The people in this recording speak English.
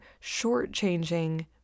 shortchanging